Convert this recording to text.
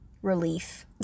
relief